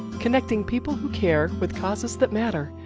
connecting people who care with causes that matter,